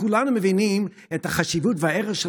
כולנו מבינים את החשיבות והערך של